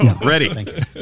Ready